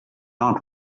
not